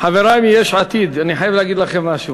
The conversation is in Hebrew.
חברי מיש עתיד, אני חייב להגיד לכם משהו.